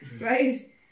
Right